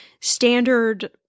standard